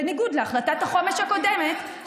בניגוד להחלטת החומש הקודמת,